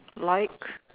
like